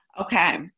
Okay